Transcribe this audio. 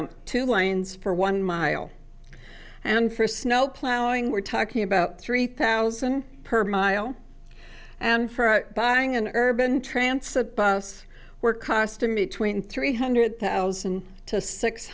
two lanes for one mile and for snow plowing we're talking about three thousand per mile and for buying an urban trance a bus were carsten between three hundred thousand to six